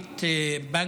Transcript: דבר